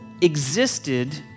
existed